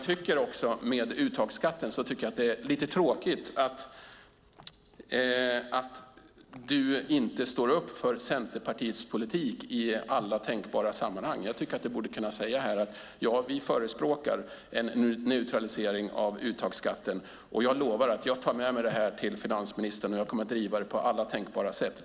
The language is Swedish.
Beträffande uttagsskatten tycker jag att det är lite tråkigt att du inte står upp för Centerpartiets politik i alla tänkbara sammanhang. Du borde kunna säga: Ja, vi förespråkar en neutralisering av uttagsskatten, och jag lovar att jag tar med mig det till finansministern och kommer att driva frågan på alla tänkbara sätt.